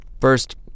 First